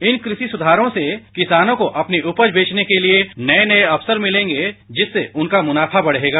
इन कृषि सुधार से किसानों को अपनी उपज बेचने के लिए नए नए अवसर मिलेंगे जिससे उनका मुनाफा बढ़ेगा